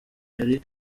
yari